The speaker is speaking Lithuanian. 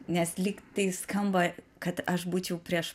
nes lyg tai skamba kad aš būčiau prieš